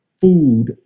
food